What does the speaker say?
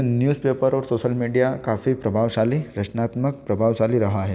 news paper और social media काफी प्रभावशाली रचनात्मक प्रभावशाली रहा है